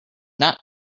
not